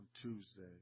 Tuesday